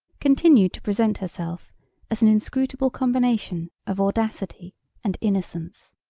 continued to present herself as an inscrutable combination of audacity and innocence.